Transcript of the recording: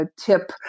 tip